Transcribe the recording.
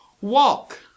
walk